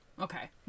Okay